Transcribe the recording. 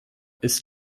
ist